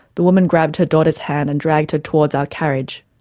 the woman grabbed her daughter's hand and dragged her towards our carriage.